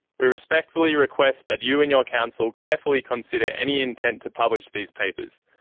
we respectfully request that you and your counsel carefully consider any intent to publish these papers,